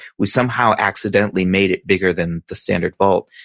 we somehow accidentally made it bigger than the standard vault.